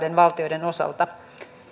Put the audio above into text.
valtioiden osalta